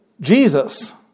Jesus